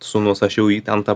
sūnus aš jau jį ten tą